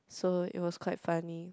so it was quite funny